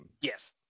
Yes